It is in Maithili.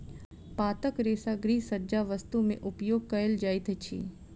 पातक रेशा गृहसज्जा वस्तु में उपयोग कयल जाइत अछि